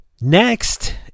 Next